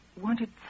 wanted